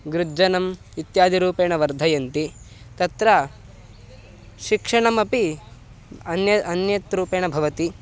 गृज्जनम् इत्यादिरूपेण वर्धयन्ति तत्र शिक्षणमपि अन्य अन्यद्रूपेण भवति